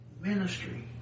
ministry